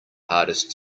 hardest